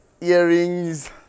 earrings